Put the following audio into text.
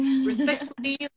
respectfully